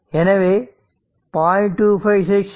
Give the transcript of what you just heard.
எனவே 0